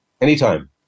Anytime